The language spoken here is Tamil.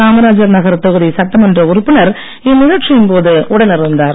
காமராஜர் நகர் தொகுதி சட்டமன்ற உறுப்பினர் இந்நிகழ்ச்சியின் போது உடன் இருந்தார்